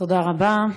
תודה רבה.